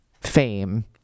fame